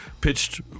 pitched